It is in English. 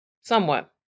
Somewhat